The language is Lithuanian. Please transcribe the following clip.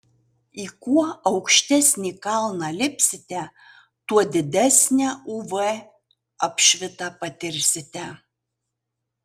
į kuo aukštesnį kalną lipsite tuo didesnę uv apšvitą patirsite